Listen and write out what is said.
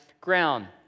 ground